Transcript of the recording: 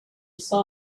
saw